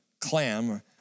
clam